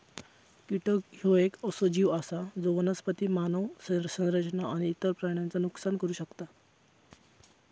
कीटक ह्यो येक असो जीव आसा जो वनस्पती, मानव संरचना आणि इतर प्राण्यांचा नुकसान करू शकता